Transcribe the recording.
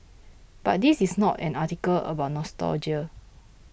but this is not an article about nostalgia